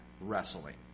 wrestling